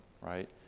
right